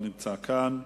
הוא לא נמצא כאן.